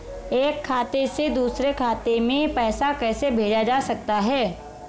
एक खाते से दूसरे खाते में पैसा कैसे भेजा जा सकता है?